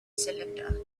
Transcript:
cylinder